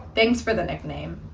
thanks for the nickname.